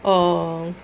orh